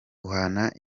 uhana